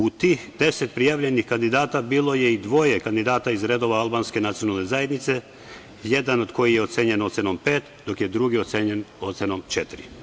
U tih deset prijavljenih kandidata bilo je i dvoje kandidata iz redova albanske nacionalne zajednice, jedan je ocenjen ocenom „pet“, dok je drugi ocenjen ocenom „četiri“